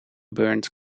burnt